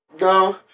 No